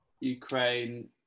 Ukraine